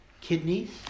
kidneys